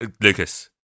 Lucas